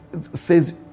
says